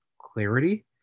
clarity